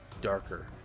darker